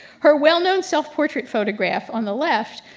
her well-known self-portrait photograph on the left,